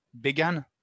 began